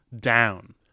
down